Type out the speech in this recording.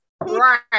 right